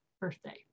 birthday